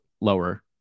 lower